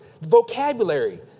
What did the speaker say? vocabulary